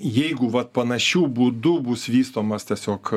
jeigu vat panašiu būdu bus vystomas tiesiog